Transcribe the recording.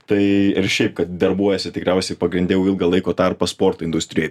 tai ir šiaip kad darbuojiesi tikriausiai pagrinde jau ilgą laiko tarpą sporto industrijoj